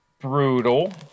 brutal